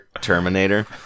Terminator